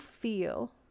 feel